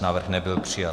Návrh nebyl přijat.